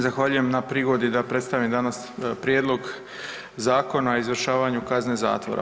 Zahvaljujem na prigodi da predstavim danas Prijedlog Zakona o izvršavanju kazne zatvora.